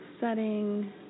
setting